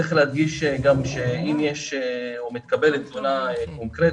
צריך להדגיש גם, שאם מתקבלת תלונה קונקרטית,